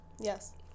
Yes